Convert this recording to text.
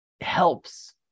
helps